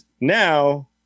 now